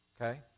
Okay